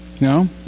No